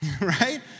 Right